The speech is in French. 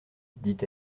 dit